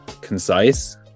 concise